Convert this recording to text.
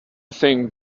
think